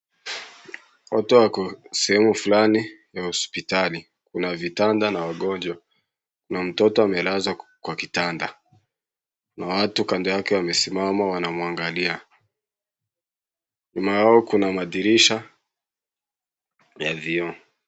Watu wako sehemu fulani ya hospitali, kuna vitanda na wagonjwa. Kuna mtoto amelazwa kwa kitanda na watu kando yake wamesimama wanamuangalia. Nyuma yao kuna madirisha ya vioo.